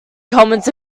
comments